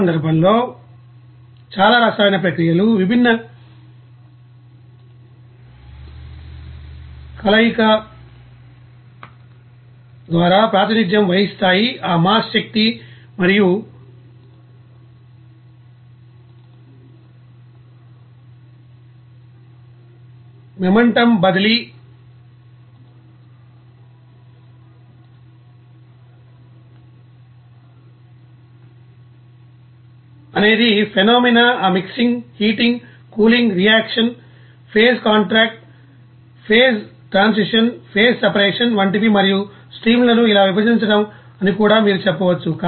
ఆ సందర్భంలో చాలా రసాయన ప్రక్రియలు విభిన్న కలయిక ద్వారా ప్రాతినిధ్యం వహిస్తాయి ఆ మాస్ శక్తి మరియు మొమెంటం బదిలీ అనేది ఫెనోమేనా ఆ mixing heating cooling reaction phase contract phase transition phase separation వంటివి మరియు స్ట్రీమ్లను ఇలా విభజించడం అని కూడా మీరు చెప్పవచ్చు